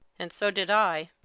and so did i.